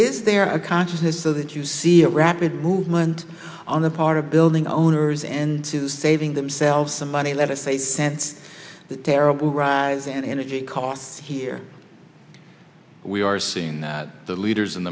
is there a consciousness so that you see a rapid movement on the part of building owners and to saving themselves some money let us say sense the terrible rise and energy costs here we are seeing that the leaders in